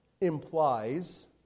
implies